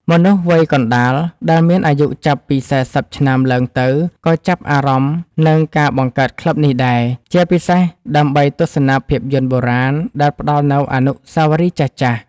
មនុស្សវ័យកណ្ដាល ដែលមានអាយុចាប់ពី ៤០ ឆ្នាំឡើងទៅ ក៏ចាប់អារម្មណ៍នឹងការបង្កើតក្លឹបនេះដែរ ជាពិសេសដើម្បីទស្សនាភាពយន្តបុរាណដែលផ្ដល់នូវអនុស្សាវរីយ៍ចាស់ៗ។